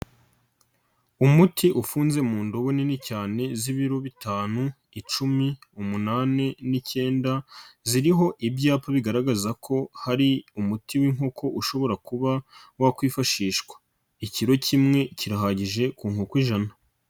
Umuti ufunze mu ndobo nini cyane z'ibiro bitanu, icumi, umunani n'icyenda, ziriho ibyapa bigaragaza ko hari umuti w'inkoko ushobora kuba wakwifashishwa, ikiro kimwe kirahagije ku nkoko ijana.